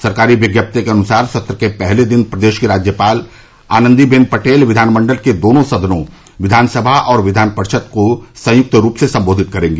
सरकारी विज्ञप्ति के अनुसार सत्र के पहले दिन प्रदेश की राज्यपाल आनंदी बेन पटेल विधान मंडल के दोनों सदनों विधानसभा और कियान परिषद को संयुक्त रूप से सम्बोधित करेंगी